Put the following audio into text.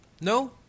No